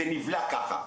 זה נבלע ככה,